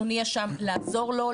אנחנו נהיה שם לעזור לו,